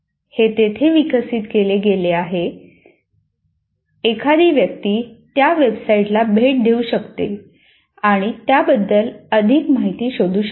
हे तेथे विकसित केले गेले आहे एखादी व्यक्ती त्या वेबसाइटला भेट देऊ शकते आणि त्याबद्दल अधिक शोधू शकते